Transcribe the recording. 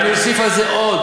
ואני אוסיף על זה עוד.